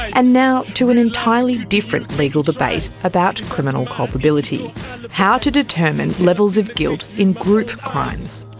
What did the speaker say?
and now to an entirely different legal debate about criminal culpability how to determine levels of guilt in group crimes.